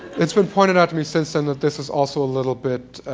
it's been pointed out to me since then that this is also a little bit